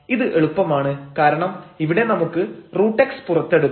ഇത് എളുപ്പമാണ് കാരണം ഇവിടെ നമുക്ക് √x പുറത്തെടുക്കാം